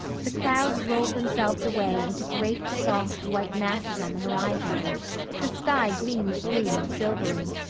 the clouds rolled themselves away into great, soft, white masses on the horizon the sky gleamed blue and silvery.